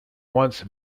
once